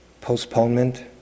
postponement